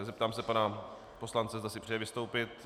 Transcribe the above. Zeptám se pana poslance, zda si přeje vystoupit.